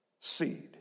seed